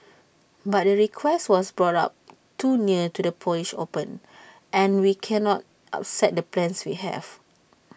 but the request was brought up too near to the polish open and we cannot upset the plans we have